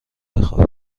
بخوابی